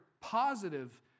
positive